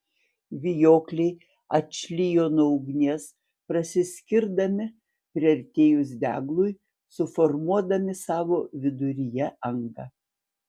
vijokliai atšlijo nuo ugnies prasiskirdami priartėjus deglui suformuodami savo viduryje angą